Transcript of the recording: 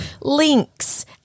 links